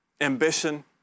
Ambition